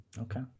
Okay